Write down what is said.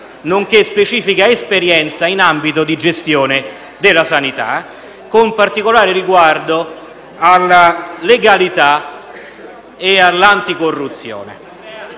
nonché specifica esperienza nell'ambito di gestione della sanità, con particolare riguardo alla legalità e all'anticorruzione.